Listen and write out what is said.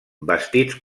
vestits